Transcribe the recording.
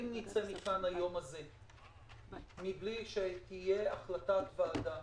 אם נצא מכאן היום הזה מבלי שתהיה החלטת ועדה